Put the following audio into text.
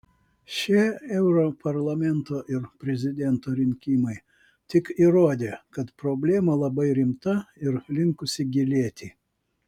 šie europarlamento ir prezidento rinkimai tik įrodė kad problema labai rimta ir linkusi gilėti